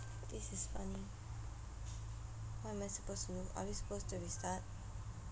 this is funny what am I supposed to do are we supposed to restart